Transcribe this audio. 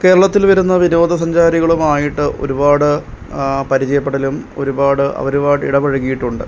കേരളത്തിൽ വരുന്ന വിനോദസഞ്ചാരികളുമായിട്ട് ഒരുപാട് പരിചയപ്പെടലും ഒരുപാട് അവരുമായിട്ട് ഇടപഴകിയിട്ടുണ്ട്